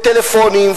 בטלפונים,